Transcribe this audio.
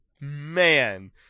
man